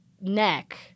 neck